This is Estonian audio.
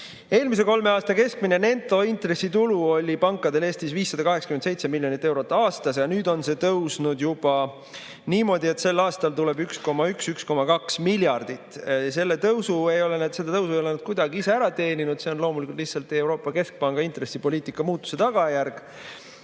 vaadata. Eelmise kolme aasta keskmine netointressitulu oli pankadel Eestis 587 miljonit eurot aastas. Nüüd on see tõusnud juba niimoodi, et sel aastal tuleb 1,1–1,2 miljardit. Seda tõusu ei ole nad kuidagi ise ära teeninud, see on loomulikult lihtsalt Euroopa Keskpanga intressipoliitika muutuse tagajärg.